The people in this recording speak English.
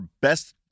best